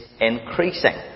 increasing